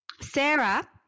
Sarah